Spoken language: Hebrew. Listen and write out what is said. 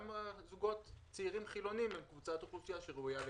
אז גם זוגות צעירים חילוניים הם קבוצת אוכלוסייה שראויה להתייחסות.